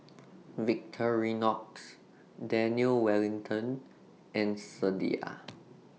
Victorinox Daniel Wellington and Sadia